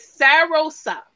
Sarosa